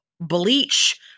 bleach